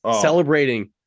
celebrating